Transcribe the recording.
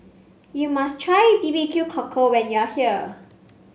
you must try B B Q Cockle when you are here